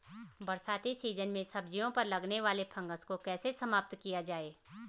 बरसाती सीजन में सब्जियों पर लगने वाले फंगस को कैसे समाप्त किया जाए?